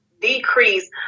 decrease